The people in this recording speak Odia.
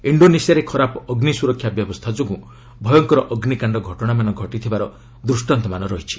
ଇଷ୍ଡୋନେସିଆରେ ଖରାପ ଅଗ୍ନି ସୁରକ୍ଷା ବ୍ୟବସ୍ଥା ଯୋଗୁଁ ଭୟଙ୍କର ଅଗ୍ନିକାଣ୍ଡ ଘଟଣାମାନ ଘଟିଥିବାର ଦୃଷ୍ଟାନ୍ତ ରହିଛି